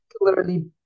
particularly